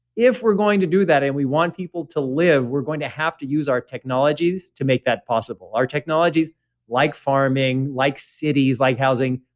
if we're going to do that, and we want people to live, we're going to have to use our technologies to make that possible. our technologies like farming like cities, like housing,